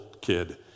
kid